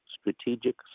strategic